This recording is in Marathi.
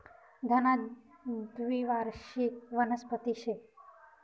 धना द्वीवार्षिक वनस्पती शे